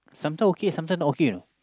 sometime okay sometime not okay you know